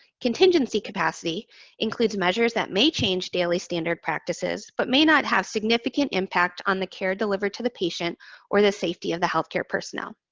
contingency capacity includes measures that may change daily standard practices, but may not have significant impact on the care delivered to the patient or the safety of the healthcare personnel.